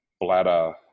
bladder